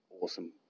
awesome